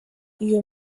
iyo